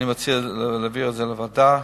אני מציע להעביר את זה לוועדה,